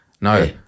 No